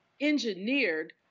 engineered